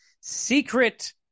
secret